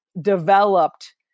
developed